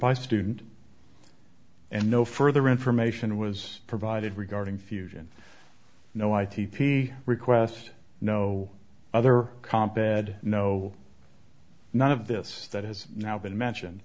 by student and no further information was provided regarding fusion no i think the request no other compensated no none of this that has now been mentioned